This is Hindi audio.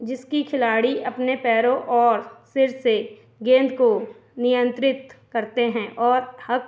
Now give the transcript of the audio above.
जिसकी खिलाड़ी अपने पैरों और सिर से गेंद को नियंत्रित करते हैं और हक